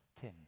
Tim